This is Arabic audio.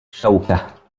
شوكة